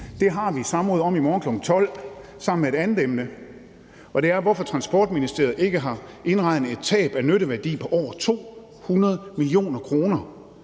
Det har vi et samråd om i morgen kl. 12 sammen med et andet emne, og det er, hvorfor Transportministeriet ikke har indregnet et tab af nytteværdi på over 200 mio. kr.